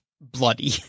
bloody